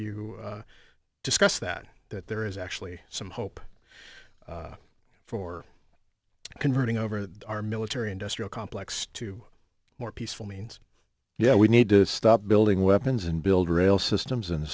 you discuss that that there is actually some hope for converting over our military industrial complex to more peaceful means yeah we need to stop building weapons and build rail system